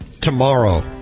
tomorrow